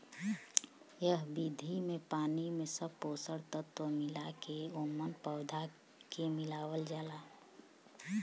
एह विधि में पानी में सब पोषक तत्व मिला के ओमन पौधा के उगावल जाला